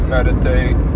Meditate